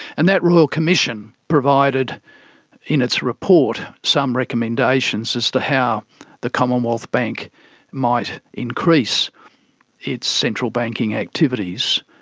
and that royal commission provided in its report some recommendations as to how the commonwealth bank might increase its central banking activities.